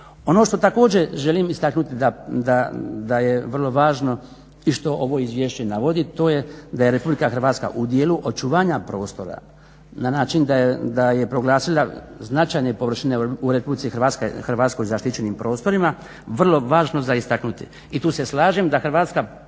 Ono što također želim istaknuti da je vrlo važno i što ovo izvješće navodi, to je da RH u dijelu očuvanja prostora na način da je proglasila značajne površine u RH zaštićenim prostorima vrlo važno za istaknuti i tu se slažem da Hrvatska